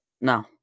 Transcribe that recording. No